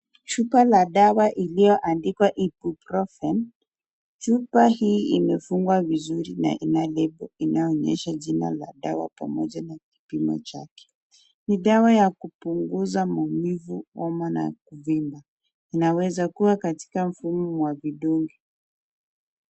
Chupa la dawa iliyoandikwa ibuprofen, chupa hii imefungwa vizuri na ina lebo inayonyesha chupa la dawa pamoja na kipimo chake. Ni dawa ya kupunguza maumivu, homa na kuvimba, inaweza kuwa katika mfumo wa vidonge.